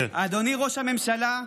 אדוני ראש הממשלה,